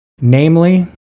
Namely